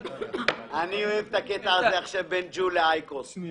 אני אוהב את הקטע בין אייקוס לג'ול.